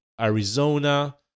Arizona